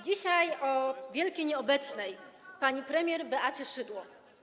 Dzisiaj o wielkiej nieobecnej, pani premier Beacie Szydło.